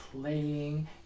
playing